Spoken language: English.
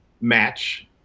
match